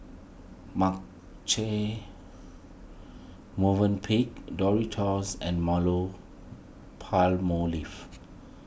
Marche Movenpick Doritos and